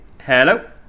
hello